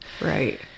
Right